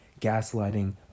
gaslighting